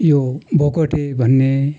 यो भोगटे भन्ने